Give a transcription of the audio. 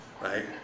right